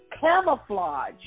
camouflage